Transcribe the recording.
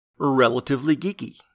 relativelygeeky